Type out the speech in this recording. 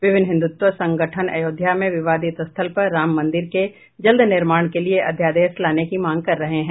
विभिन्न हिंदुत्व संगठन अयोध्या में विवादित स्थल पर राम मंदिर के जल्द निर्माण के लिए अध्यादेश लाने की मांग कर रहे हैं